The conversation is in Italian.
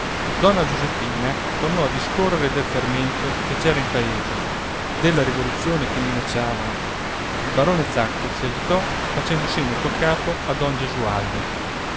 donna giuseppina tornò a discorrere del fermento che c'era in paese della rivoluzione che minacciavano il barone zacco si agitò facendo segno col capo a don gesualdo